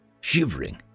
shivering